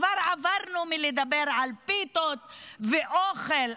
כבר עברנו מלדבר על פיתות ואוכל,